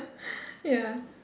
ya